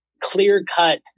clear-cut